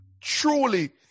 truly